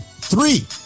Three